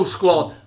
Squad